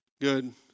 Good